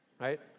Right